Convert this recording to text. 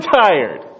tired